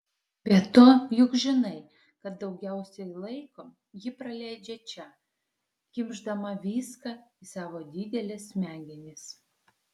be to juk žinai kad daugiausiai laiko ji praleidžia čia kimšdama viską į savo dideles smegenis